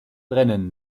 brennen